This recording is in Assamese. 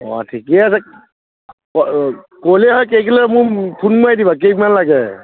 অঁ ঠিকে আছে ক'লেই হ'ল কেইকিলো লাগে মোক ফোন মাৰি দিবা কেই কিমান লাগে